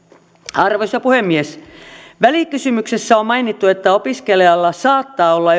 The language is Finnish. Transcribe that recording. arvoisa puhemies välikysymyksessä on mainittu että opiskelijalla saattaa olla